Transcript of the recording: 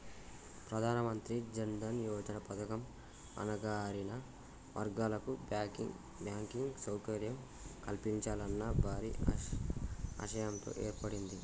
ప్రధానమంత్రి జన్ దన్ యోజన పథకం అణగారిన వర్గాల కు బ్యాంకింగ్ సౌకర్యం కల్పించాలన్న భారీ ఆశయంతో ఏర్పడింది